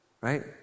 right